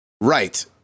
right